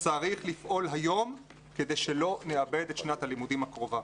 צריך לפעול היום כדי שלא נאבד את שנת הלימודים הקרובה.